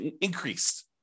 increased